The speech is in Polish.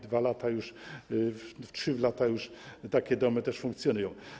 2 lata już, 3 lata już takie domy też funkcjonują.